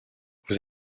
vous